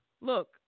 Look